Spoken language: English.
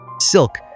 silk